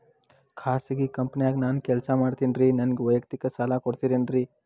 ಖಾಸಗಿ ಕಂಪನ್ಯಾಗ ನಾನು ಕೆಲಸ ಮಾಡ್ತೇನ್ರಿ, ನನಗ ವೈಯಕ್ತಿಕ ಸಾಲ ಕೊಡ್ತೇರೇನ್ರಿ?